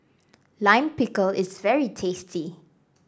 Lime Pickle is very tasty